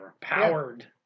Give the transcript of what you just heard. Powered